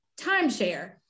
timeshare